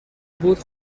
بود